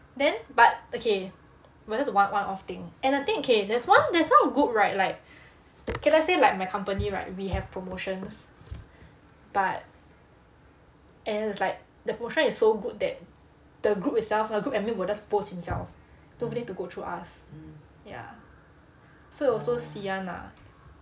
then but okay we're just one one off thing and the thing okay there's one there's one group right like okay let's say my company right we have promotions but and it's like the promotion is so good that the group itself the group admin will just post himself don't even need to go through us ya so also see [one] lah